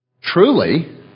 truly